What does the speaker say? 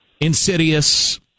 insidious